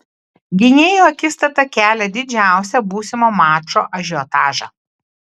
gynėjų akistata kelia didžiausią būsimo mačo ažiotažą